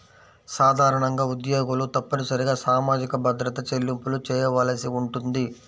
సాధారణంగా ఉద్యోగులు తప్పనిసరిగా సామాజిక భద్రత చెల్లింపులు చేయవలసి ఉంటుంది